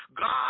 God